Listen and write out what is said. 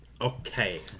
Okay